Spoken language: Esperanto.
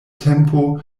tempo